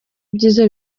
byiza